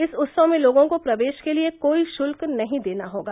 इस उत्सव में लोगों को प्रवेश के लिए कोई शुल्क नहीं देना होगा